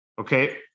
Okay